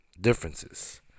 differences